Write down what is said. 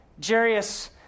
Jarius